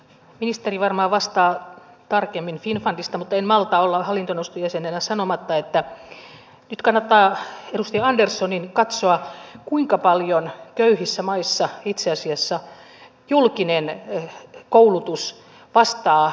ministeri varmaan vastaa tarkemmin finnfundista mutta en malta olla hallintoneuvoston jäsenenä sanomatta että nyt kannattaa edustaja anderssonin katsoa kuinka paljon köyhissä maissa itse asiassa julkinen koulutus vastaa tarpeisiin